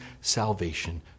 salvation